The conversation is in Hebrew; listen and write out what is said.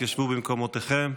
התיישבו במקומותיכם.